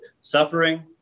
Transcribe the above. suffering